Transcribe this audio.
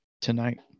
tonight